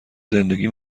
زندگی